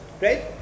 right